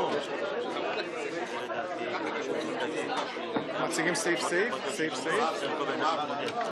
הצעת הוועדה הזמנית לענייני כספים בדבר צו תעריף המכס והפטורים